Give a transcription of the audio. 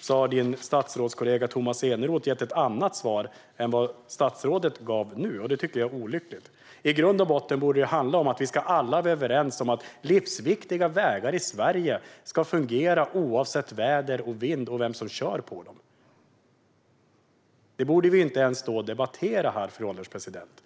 statsrådets statsrådskollega Tomas Eneroth i en annan interpellationsdebatt har gett ett annat svar än vad statsrådet gav nu, och det tycker jag är olyckligt. I grund och botten borde det ju handla om att vi alla ska vara överens om att livsviktiga vägar i Sverige ska fungera oavsett väder och vind och vem som kör på dem. Det borde vi ju inte ens stå här och debattera, fru ålderspresident.